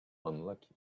unlucky